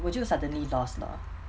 我就 suddenly lost 了